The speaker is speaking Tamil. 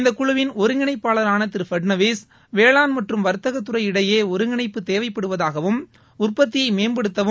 இந்தக் குழுவின் ஒருங்கிணைப்பாளரான திரு பட்னாவிஸ் வேளான் மற்றும் வர்த்தகத்துறை இடையே ஒருங்கிணைப்பு தேவைப்படுவதாகவும் உற்பத்தியை மேம்படுத்தவும்